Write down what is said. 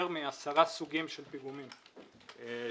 מעשרה סוגים שונים של פיגומים שמוגדרים.